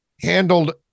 handled